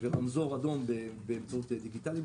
ורמזור אדום באמצעים דיגיטליים.